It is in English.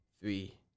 Three